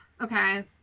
Okay